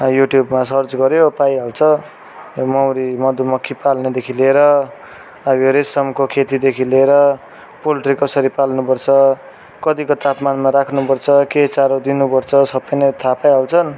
युट्युबमा सर्च गऱ्यो पाइहाल्छ मौरी मधुमख्खी पाल्नेदेखि लिएर अब यो रेशमको खेतीदेखि लिएर पोल्ट्री कसरी पाल्नु पर्छ कतिको तापमानमा राख्नुपर्छ के चारो दिनुपर्छ सबै नै थाहा पाइहाल्छन्